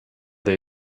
they